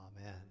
Amen